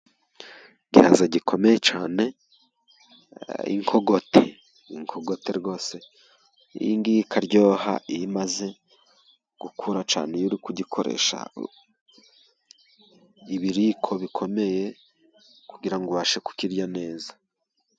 Igihaza gikomeye cyane inkogote. Inkogote rwose iyi ngiyi ikaryoha iyo imaze gukura cyane. Iyo uri kurya ukoresha ibiyiko bikomeye, kugira ngo ubashe kukirya neza.